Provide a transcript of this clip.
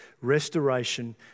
restoration